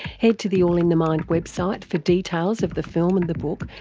head to the all in the mind website for details of the film and the book,